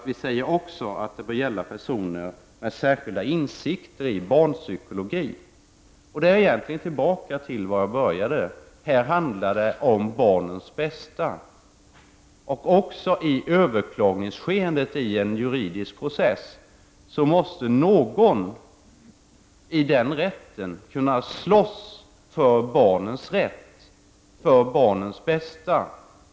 De bör vara personer med särskilda insikter i barnpsykologi. Därmed är jag egentligen tillbaka där jag började. Här handlar det om barnens bästa. Också i ett överklagningsskeende, som är en juridisk process, måste någon i rätten kunna slåss för barnens rätt, för barnens bästa.